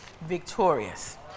victorious